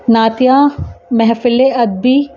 نعتیہ محفل ادبی